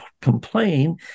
complain